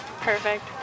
Perfect